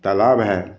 तालाब है